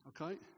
Okay